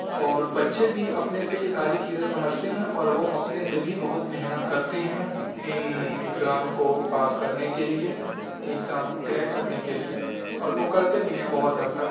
اور بچے بھی اپنے سے یہ ساری چیزیں سمجھتے ہیں اور وہ اپنے سے بھی بہت محنت کرتے ہیں ان ایگزام کو پاس کرنے کے لیے ان ایگزام کو کریک کرنے کے لیے اور وہ کرتے بھی ہیں بہت حد تک